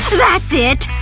that's it!